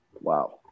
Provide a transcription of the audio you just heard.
Wow